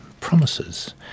promises